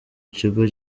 kigo